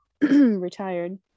retired